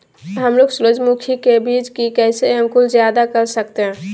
हमलोग सूरजमुखी के बिज की कैसे अंकुर जायदा कर सकते हैं?